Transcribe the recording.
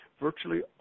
Virtually